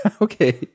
Okay